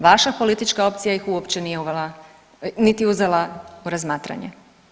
Vaša politička opcija ih uopće nije uvela niti uzela u razmatranje.